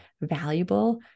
valuable